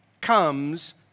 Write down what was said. comes